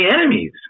enemies